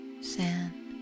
sand